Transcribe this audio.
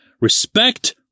Respect